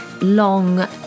long